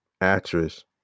actress